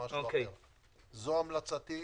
זו המלצתי.